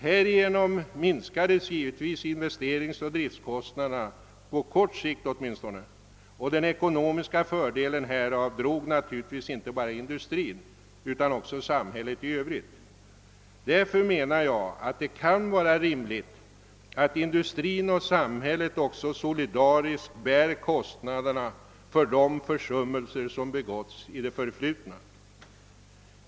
Härigenom minskades givetvis investeringsoch driftkostnaderna, på kort sikt åtminstone, och den ekonomiska fördelen härav drog inte bara industrin utan också samhället i övrigt. Därför menar jag, att det kan vara rimligt att industrin och samhället också solidariskt bär kostnaderna för de försummelser som begåtts i det förflutna.